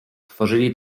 tworzyli